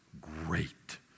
great